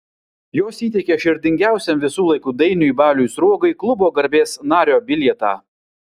jos įteikė širdingiausiam visų laikų dainiui baliui sruogai klubo garbės nario bilietą